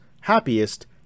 happiest